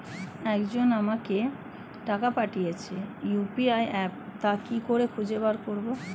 একজন আমাকে টাকা পাঠিয়েছে ইউ.পি.আই অ্যাপে তা কি করে খুঁজে বার করব?